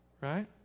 Right